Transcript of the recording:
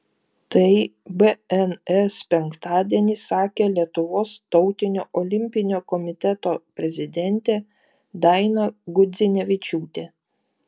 tai bns penktadienį sakė lietuvos tautinio olimpinio komiteto prezidentė daina gudzinevičiūtė